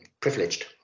privileged